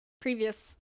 previous